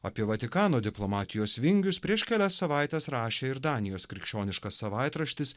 apie vatikano diplomatijos vingius prieš kelias savaites rašė ir danijos krikščioniškas savaitraštis